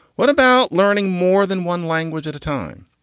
what about learning more than one language at a time?